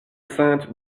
saintes